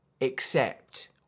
accept